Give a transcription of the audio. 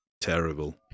Terrible